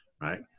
right